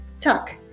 Tuck